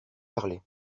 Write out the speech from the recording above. parler